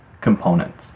components